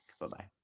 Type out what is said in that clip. Bye-bye